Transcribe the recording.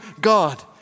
God